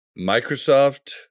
Microsoft